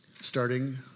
Starting